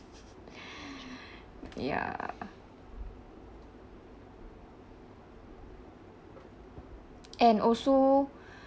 ya and also